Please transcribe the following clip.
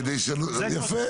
יפה.